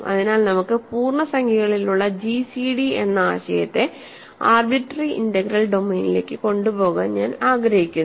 അതിനാൽ നമുക്ക് പൂർണ്ണസംഖ്യകളിലുള്ള ജിസിഡി എന്ന ആശയത്തെ ആർബിട്രറി ഇന്റഗ്രൽ ഡൊമെയ്നിലേക്ക് കൊണ്ടുപോകാൻ ഞാൻ ആഗ്രഹിക്കുന്നു